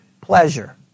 pleasure